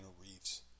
Reeves